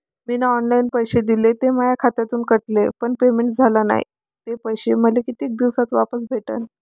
मीन online पैसे दिले, ते माया खात्यातून कटले, पण पेमेंट झाल नायं, ते पैसे मले कितीक दिवसात वापस भेटन?